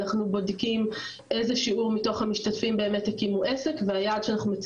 אנחנו בודקים איזה שיעור מתוך המשתתפים באמת הקימו עסק והיעד